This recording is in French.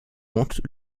monte